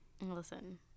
Listen